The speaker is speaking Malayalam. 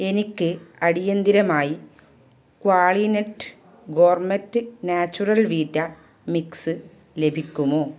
എനിക്ക് അടിയന്തിരമായി Qualinet gourmet natural wheat mix ലഭിക്കുമോ